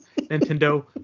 Nintendo